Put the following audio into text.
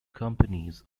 companies